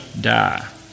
die